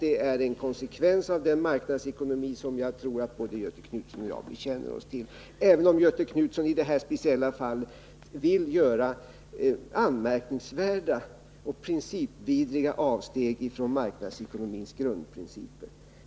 Det är en konsekvens av den marknadsekonomi som jag tror att både Göthe Knutson och jag bekänner oss till, även om Göthe Knutson i det här speciella fallet vill göra anmärkningsvärda och principvidriga avsteg ifrån marknadsekonomins grundprinciper.